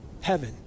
heaven